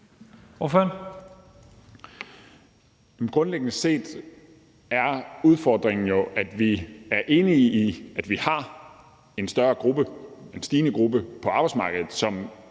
Grundlæggende set er udfordringen jo, at vi, hvad vi er enige om, har en større gruppe, en stigende gruppe, på arbejdsmarkedet,